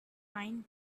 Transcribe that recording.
pine